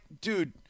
dude